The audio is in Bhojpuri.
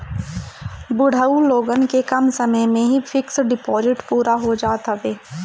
बुढ़ऊ लोगन के कम समय में ही फिक्स डिपाजिट पूरा हो जात हवे